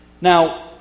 Now